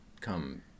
come